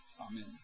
Amen